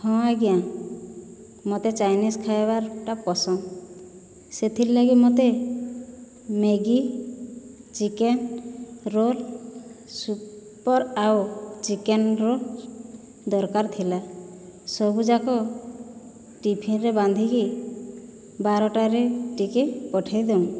ହଁ ଆଜ୍ଞା ମୋତେ ଚାଇନିଜ୍ ଖାଇବାର୍ଟା ପସନ୍ଦ ସେଥିର୍ଲାଗି ମୋତେ ମ୍ୟାଗି ଚିକେନ୍ ରୋଲ୍ ସୁପ୍ ଆଉ ଚିକେନ୍ ରୋଲ୍ ଦରକାର ଥିଲା ସବୁଯାକ ଟିଫିନ୍ରେ ବାନ୍ଧିକି ବାରଟାରେ ଟିକିଏ ପଠାଇଦେଉନ୍